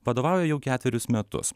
vadovauja jau ketverius metus